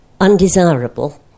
undesirable